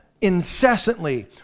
incessantly